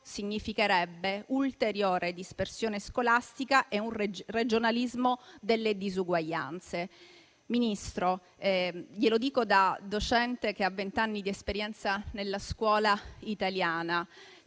significherebbe ulteriore dispersione scolastica e un regionalismo delle disuguaglianze. Glielo dico da docente che ha vent'anni di esperienza nella scuola italiana: